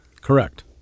Correct